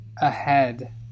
ahead